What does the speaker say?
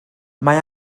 mae